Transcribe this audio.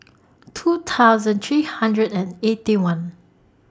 two thousand three hundred and Eighty One